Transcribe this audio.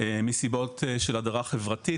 זאת מסיבות של הדרה חברתית,